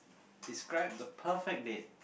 describe the perfect date